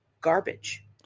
garbage